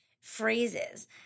phrases